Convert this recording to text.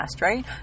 right